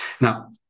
Now